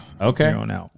Okay